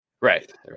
Right